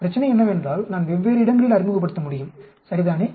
பிரச்சனை என்னவென்றால் நான் வெவ்வேறு இடங்களில் அறிமுகப்படுத்த முடியும் சரிதானே